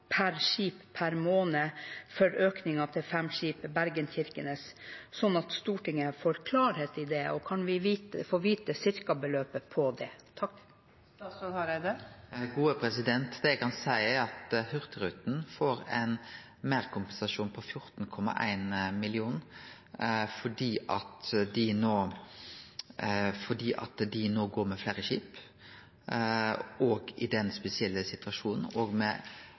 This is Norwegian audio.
per skip per måned for økningen til fem skip på strekningen Bergen–Kirkenes, slik at Stortinget får klarhet i det? Kan vi få vite et cirka-beløp for det? Det eg kan seie, er at Hurtigruten får ein meirkompensasjon på 14,1 mill. kr fordi dei no går med færre skip i denne spesielle situasjonen, og med